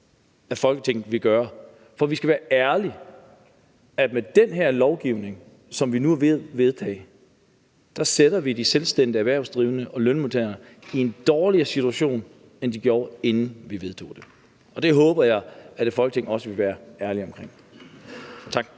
at Folketinget vil gøre. For vi skal være ærlige: Med den her lovgivning, som vi nu er ved at vedtage, sætter vi de selvstændigt erhvervsdrivende og lønmodtagerne i en dårligere situation, end de var i, inden vi vedtog det, og det håber jeg at Folketinget også vil være ærlige omkring. Tak.